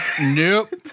nope